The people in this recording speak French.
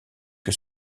que